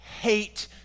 hate